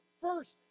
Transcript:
First